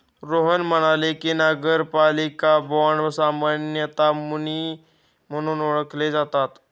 रोहन म्हणाले की, नगरपालिका बाँड सामान्यतः मुनी म्हणून ओळखले जातात